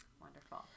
Wonderful